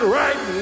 right